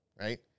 right